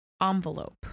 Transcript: envelope